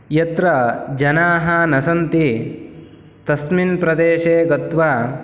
यत्र जनाः न सन्ति तस्मिन् प्रदेशे गत्वा